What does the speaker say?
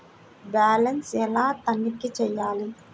Balance ఎలా తనిఖీ చేయాలి?